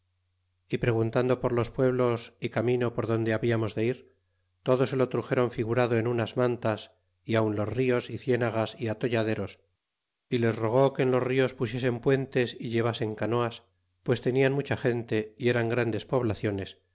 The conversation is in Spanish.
y preguntando por los pueblos y camino por donde hablamos de ir todo se lo truxéron figurado en unas mantas y aun los nos y cienagas y atolladeros y les rogó que en los nos pusiesen puentes y llevasen canoas pues tenian mucha gente y eran grandes poblaciones